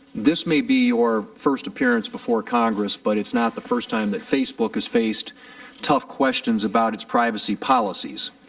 this may be your first appearance before congress, but it's not the first time that facebook is faced tough questions about its privacy policies.